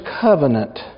covenant